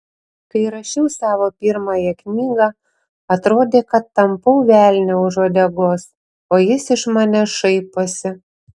kai rašiau savo pirmąją knygą atrodė kad tampau velnią už uodegos o jis iš manęs šaiposi